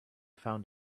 found